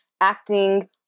acting